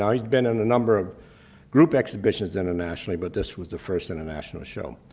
he's been in a number of group exhibitions internationally, but this was the first international show.